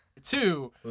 Two